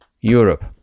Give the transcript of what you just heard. Europe